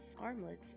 armlets